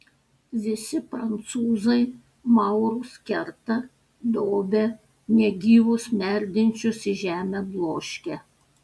visi prancūzai maurus kerta dobia negyvus merdinčius į žemę bloškia